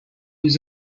was